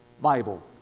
Bible